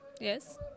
Yes